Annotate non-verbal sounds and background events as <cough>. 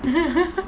<laughs>